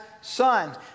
sons